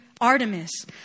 Artemis